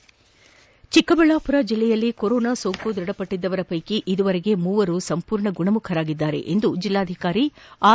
E Chikkaballapur ಜಿಲ್ಲೆಯಲ್ಲಿ corona ಸೋಂಕು ದೃಢಪಟ್ಷದ್ದವರ ಪೈಕಿ ಇದುವರೆಗೆ ಮೂವರು ಸಂಪೂರ್ಣ ಗುಣಮುಖರಾಗಿದ್ದಾರೆ ಎಂದು ಜಿಲ್ಲಾಧಿಕಾರಿ ಆರ್